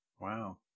Wow